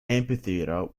amphitheatre